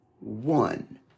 one